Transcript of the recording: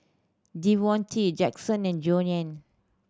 Devonte Jaxson and Joanie